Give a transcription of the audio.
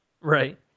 Right